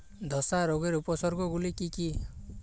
ধসা রোগের উপসর্গগুলি কি কি?